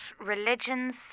religions